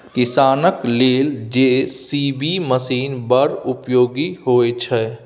किसानक लेल JCB machine बड़ उपयोगी होइ छै